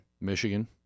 Michigan